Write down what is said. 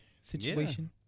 situation